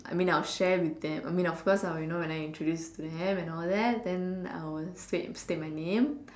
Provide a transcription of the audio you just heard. I mean I'll share with them I mean of course I will you know when I introduce to them and all that then I will state state my name